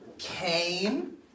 Cain